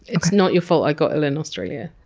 it's not your fault i got ill in australia.